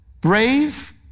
brave